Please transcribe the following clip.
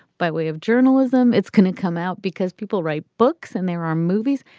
by way of journalism. it's going to come out because people write books and there are movies.